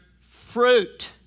fruit